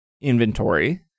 inventory